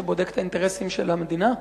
שבודק את האינטרסים של המדינה?